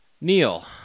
neil